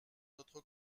notre